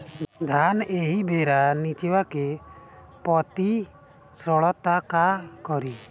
धान एही बेरा निचवा के पतयी सड़ता का करी?